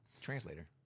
Translator